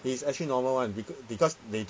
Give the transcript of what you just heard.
it's actually normal [one] because they